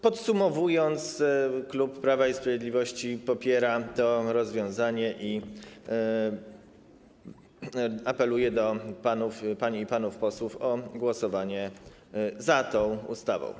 Podsumowując, klub Prawa i Sprawiedliwości popiera to rozwiązanie i apeluje do pań i panów posłów o głosowanie za tą ustawą.